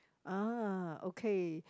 ah okay